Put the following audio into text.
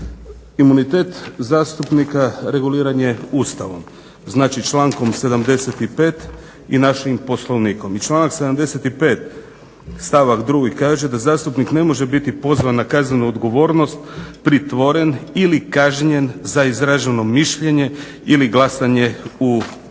Imunitet zastupnika reguliran je Ustavom znači člankom 75. i našim Poslovnikom. I članak 75. stavak 2. kaže: "da zastupnik ne može biti pozvan na kaznenu odgovornost, pritvoren ili kažnjen za izraženo mišljenje ili glasanje u Saboru".